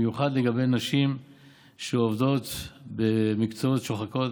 במיוחד לגבי נשים שעובדות במקצועות שוחקים,